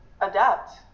adapt